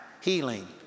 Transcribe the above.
healing